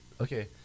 okay